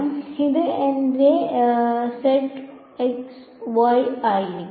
അതിനാൽ ഇത് എന്റെ z x y ആയിരുന്നു